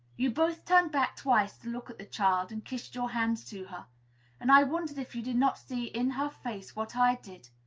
you both turned back twice to look at the child, and kissed your hands to her and i wondered if you did not see in her face, what i did,